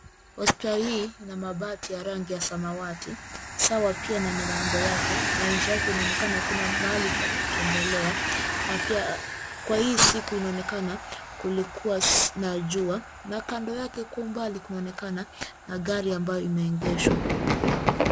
Hospitali hii ina mabati ya rangi ya samawati, sawa pia na milango yake na nje yake inaonekaa kuna mahali pa kutembelea na pia kwa hii siku inaonekana kulikuwa na jua na kando yake kwa umbali kunaonekana na gari ambayo imeegeshwa.